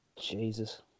Jesus